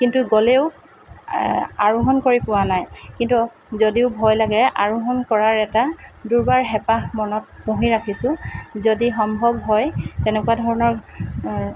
কিন্তু গ'লেও আৰোহণ কৰি পোৱা নাই কিন্তু যদিও ভয় লাগে আৰোহণ কৰাৰ এটা দুৰ্বাৰ হেপাহ মনত পুহি ৰাখিছোঁ যদি সম্ভৱ হয় তেনেকুৱা ধৰণৰ